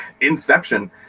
Inception